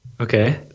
Okay